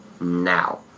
now